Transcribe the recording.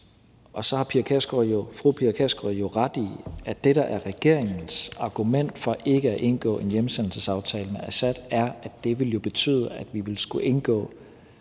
Og så har fru Pia Kjærsgaard ret i, at det, der er regeringens argument for ikke at indgå en hjemsendelsesaftale med Assad, er, at det jo ville betyde, at danske myndigheder